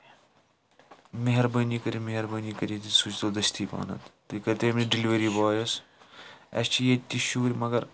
مہربٲنۍ کٔرِتھ مہربٲنۍ کٔرِتھ یہِ سوٗزۍتو دٔستی پَہمتھ تُہۍ کٔرۍتو ییٚمِس ڈلٔری بویَس اَسہِ چھِ ییٚتہِ تہِ شُر مَگر